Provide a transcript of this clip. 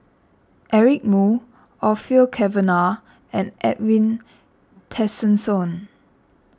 Eric Moo Orfeur Cavenagh and Edwin Tessensohn